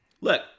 look